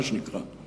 מה שנקרא.